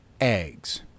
eggs